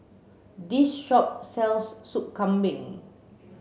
this shop sells soup Kambing